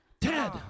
Ted